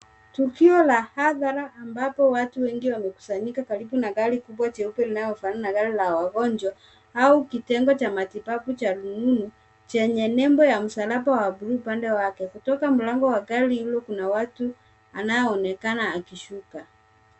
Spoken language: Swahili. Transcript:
Tukio la hadhara ambapo watu wamekusanyika karibu na gari kubwa jeupe linalofanana na gari la wagonjwa au kitengo cha matibabu cha rununu chenye nembo ya msalaba wa bluu upande wake. Kutoka mlango wa gari hilo anaoonekana akishuka.